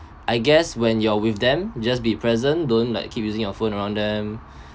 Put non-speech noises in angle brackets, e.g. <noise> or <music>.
I guess when you're with them just be present don't like keep using your phone around them <breath>